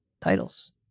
titles